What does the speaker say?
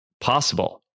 possible